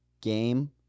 game